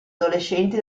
adolescenti